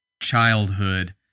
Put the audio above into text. childhood